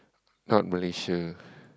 not Malaysia